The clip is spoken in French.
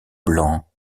blancs